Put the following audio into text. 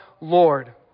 Lord